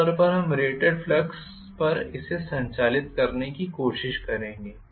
आम तौर पर हम रेटेड फ्लक्स पर इसे संचालित करने की कोशिश करेंगे